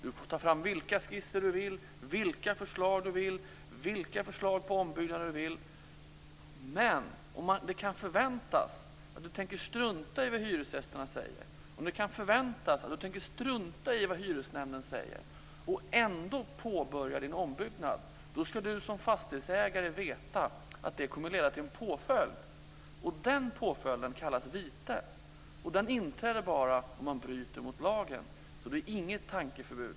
Man får ta fram vilka skisser och vilka förslag på ombyggnader man vill, men om det kan förväntas att man tänker strunta i vad hyresgästerna och hyresnämnden säger och påbörjar sin ombyggnad ska man som fastighetsägare veta att det kommer att leda till en påföljd. Den påföljden kallas vite, och den inträder bara om man bryter mot lagen, så det är inget tankeförbud.